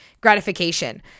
gratification